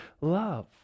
love